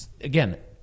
again